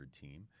team